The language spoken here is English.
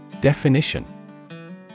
Definition